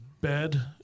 bed